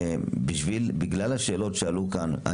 בגלל השאלות שעלו כאן,